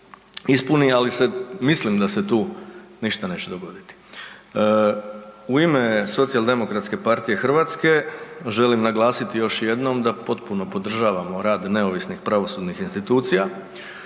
ispuni, ali mislim da se tu ništa neće dogoditi. U ime SDP-a želim naglasiti još jednom da potpuno podržavamo rad neovisnih pravosudnih institucija.